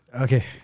Okay